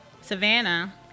Savannah